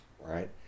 right